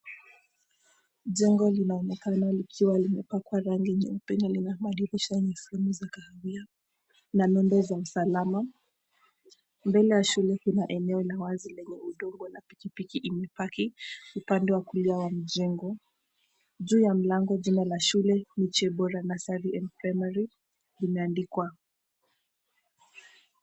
Jengo linaonekana likiwa limepakwa rangi nyeupe lina madirisha nyeusi na za kahawia na vyombo vya usalama. Mbele ya shule kuna eneo la wazi lenye udogo la pikipiki imepaki upande wa kulia wa jengo. Juu ya mlango jina la shule, Miche Bora Nursery and Primary imeandikwa.